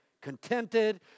contented